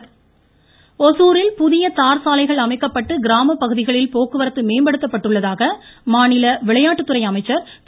பாலகிருஷ்ண ரெட்டி ஓசூரில் புதிய தார் சாலைகள் அமைக்கப்பட்டு கிராமப் பகுதிகளில் போக்குவரத்து மேம்படுத்தப்பட்டுள்ளதாக மாநில விளையாட்டுத் துறை அமைச்சர் திரு